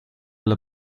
alla